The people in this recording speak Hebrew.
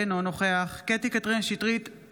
אינו נוכח קטי קטרין שטרית,